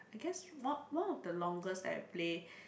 I guess one one of the longest that I play